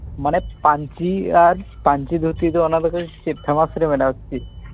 ᱢᱟᱱᱮ ᱯᱟᱧᱪᱤ ᱟᱨ ᱯᱟᱧᱪᱤ ᱫᱷᱩᱛᱤ ᱫᱚ ᱪᱮᱫ ᱯᱷᱮᱢᱟᱥ ᱨᱮ ᱢᱮᱱᱟᱜ ᱟᱥᱮ ᱪᱮᱫ